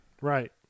right